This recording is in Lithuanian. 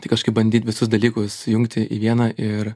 tai kažkaip bandyt visus dalykus sujungti į vieną ir